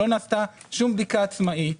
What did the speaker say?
לא נעשתה שום בדיקה עצמאית,